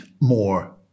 more